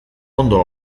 ondo